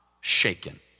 shaken